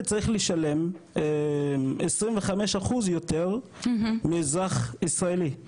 צריך לשלם 25 אחוז יותר מאזרח ישראלי,